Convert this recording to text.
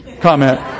comment